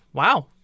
Wow